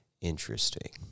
Interesting